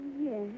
Yes